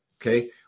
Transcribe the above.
Okay